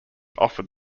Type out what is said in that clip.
offered